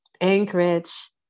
Anchorage